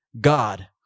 God